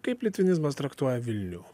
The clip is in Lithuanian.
kaip litvinizmas traktuoja vilnių